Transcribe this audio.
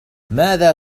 ماذا